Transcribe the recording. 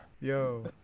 Yo